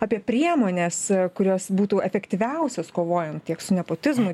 apie priemones kurios būtų efektyviausios kovojant tiek su nepotizmu